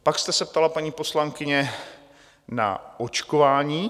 Pak jste se ptala, paní poslankyně, na očkování.